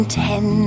ten